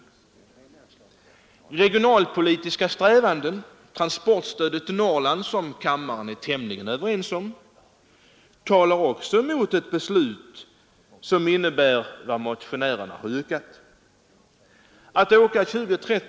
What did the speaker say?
Även regionalpolitiska strävanden — transportstödet till Norrland, som kammarens ledamöter är tämligen överens om — talar emot det beslut som motionärerna yrkat på.